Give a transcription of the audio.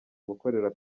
gukorera